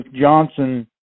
Johnson